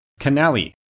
canali